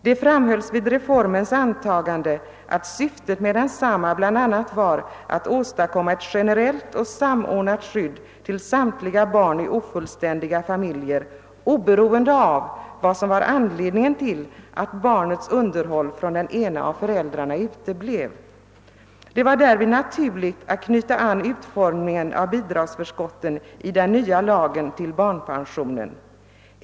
Det framhölls vid reformens antagande att syftet med densamma bl.a. var att åstadkomma ett generellt och samordnat skydd till samtliga barn i ofullständiga familjer, oberoende av vad som var anledningen till att barnets underhåll från den ene av föräld rarna uteblev. Det var därvid naturligt att knyta an utformningen av bidragsförskotten i den nya lagen till barnpensionerna.